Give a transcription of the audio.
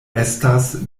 estas